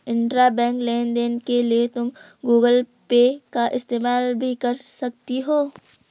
intrabank लेन देन के लिए तुम गूगल पे का इस्तेमाल भी कर सकती हो